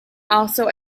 also